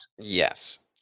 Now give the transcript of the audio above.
Yes